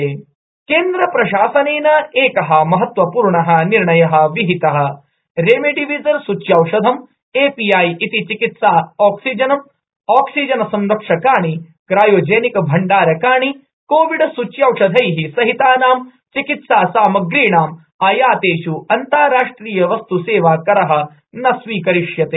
केन्द्रप्रशासनम केंद्रप्रशासनेन एकः महत्वपूर्णः निर्णयः विहितः रेमडेसिविरसूचयौषधम एपीआईइति चिकित्साऑक्सीजनम ाऑक्सीजनसंरक्षकाणि क्रायोजेनिकभण्डारकाणि कोविडसूच्यौषधैः सहितानां चिकित्सा सामग्रीणाम आयातेष् अन्ताराष्ट्रियवस्त्सेवाकरः न स्वीकरिष्यते